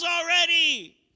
already